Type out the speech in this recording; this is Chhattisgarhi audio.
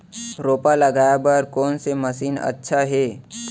रोपा लगाय बर कोन से मशीन अच्छा हे?